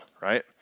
right